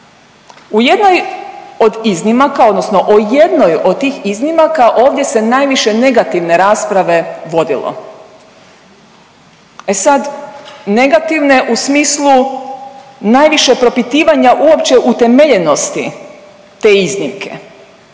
U jednoj od iznimaka odnosno o jednoj od tih iznimaka ovdje se najviše negativne rasprave vodilo. E sad, negativne u smislu najviše propitivanja uopće utemeljenosti te iznimke,